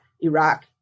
Iraq